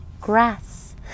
grass